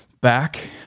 back